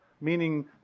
meaning